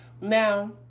Now